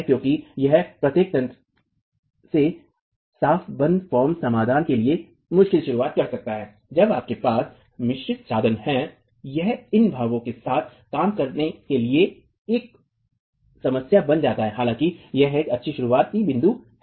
क्योंकि यह प्रत्येक तंत्र से साफ बंद फॉर्म समाधान के लिए मुश्किल शरू कर सकता है जब आपके पास मिश्रित साधन है यह इन भावों के साथ काम करने के लिए एक समस्या बन जाता है हालाँकियह एक अच्छा शुरुआती बिंदु है